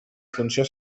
funció